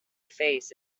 face